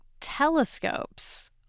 telescopes